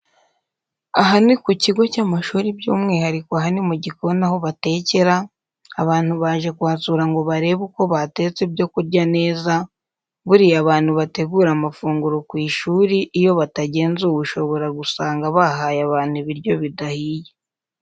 Aha ni ku kigo cy'amashuri byumwihariko aha ni mu gikoni aho batekera, abantu baje kuhasura ngo barebe uko batetse ibyokurya neza, buriya abantu bategura amafunguro ku ishuri iyo batagenzuwe ushobora gusanga bahaye abana ibintu bidahiye.